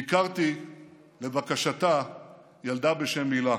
ביקרתי ילדה בשם הילה,